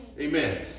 amen